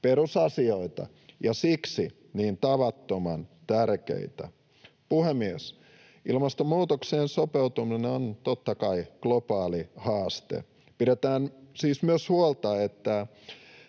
Perusasioita ja siksi niin tavattoman tärkeitä. Puhemies! Ilmastonmuutokseen sopeutuminen on, totta kai, globaali haaste. Pidetään siis huolta, että